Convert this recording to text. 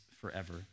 forever